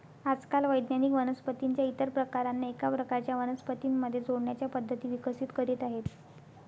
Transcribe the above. आजकाल वैज्ञानिक वनस्पतीं च्या इतर प्रकारांना एका प्रकारच्या वनस्पतीं मध्ये जोडण्याच्या पद्धती विकसित करीत आहेत